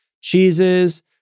Cheeses